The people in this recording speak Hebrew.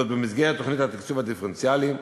במסגרת תוכנית התקצוב הדיפרנציאלי.